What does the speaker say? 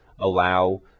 allow